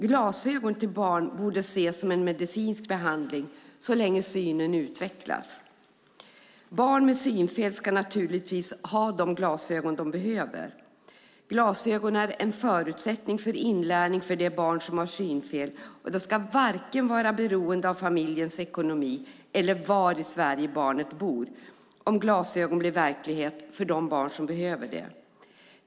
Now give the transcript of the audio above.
Glasögon till barn borde ses som medicinsk behandling så länge synen utvecklas. Barn med synfel ska naturligtvis ha de glasögon de behöver. Glasögonen är en förutsättning för inlärning för de barn som har synfel. Det ska inte vara beroende av vare sig familjens ekonomi eller var i Sverige barnet bor om glasögon blir verklighet för de barn som behöver det.